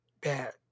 bad